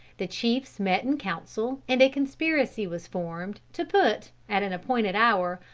the chiefs met in council, and a conspiracy was formed, to put, at an appointed hour,